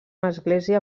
església